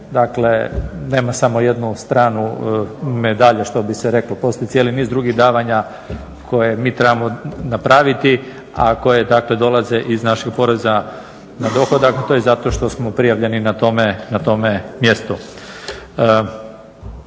pitanje nema samo jednu stranu medalje što bi se reklo, postoji cijeli niz davanja koje mi trebamo napraviti, a koji dolaze iz naših poreza na dohodak, to je zato što smo prijavljeni na tome mjestu,